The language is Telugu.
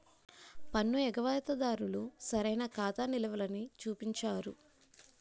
పన్ను ఎగవేత దారులు సరైన ఖాతా నిలవలని చూపించరు